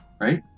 right